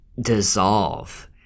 dissolve